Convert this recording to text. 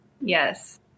yes